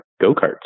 go-karts